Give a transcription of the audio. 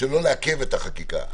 שלא לעכב את החקיקה.